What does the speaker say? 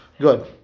Good